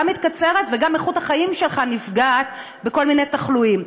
מתקצרת וגם איכות החיים שלך נפגעת מכל מיני תחלואים.